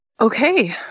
Okay